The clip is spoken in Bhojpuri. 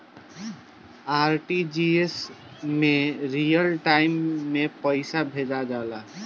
आर.टी.जी.एस में रियल टाइम में पइसा भेजल जाला